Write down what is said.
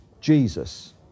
Jesus